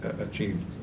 achieved